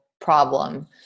problem